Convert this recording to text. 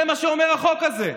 זה מה שהוא אומר החוק הזה.